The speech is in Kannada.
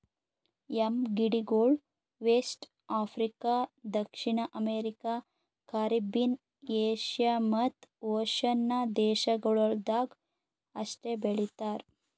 ಯಂ ಗಿಡಗೊಳ್ ವೆಸ್ಟ್ ಆಫ್ರಿಕಾ, ದಕ್ಷಿಣ ಅಮೇರಿಕ, ಕಾರಿಬ್ಬೀನ್, ಏಷ್ಯಾ ಮತ್ತ್ ಓಷನ್ನ ದೇಶಗೊಳ್ದಾಗ್ ಅಷ್ಟೆ ಬೆಳಿತಾರ್